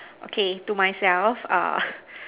okay to myself err